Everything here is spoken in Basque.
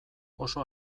oso